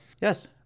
yes